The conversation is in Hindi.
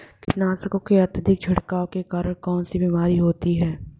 कीटनाशकों के अत्यधिक छिड़काव के कारण कौन सी बीमारी होती है?